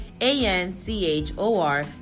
a-n-c-h-o-r